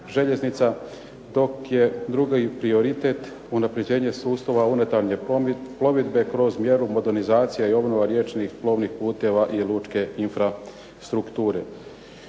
željeznica, dok je drugi prioritet unapređenje sustava unutarnje plovidbe kroz mjeru Modernizacija i obnova riječnih plovnih puteva i lučke infrastrukture.